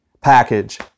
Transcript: package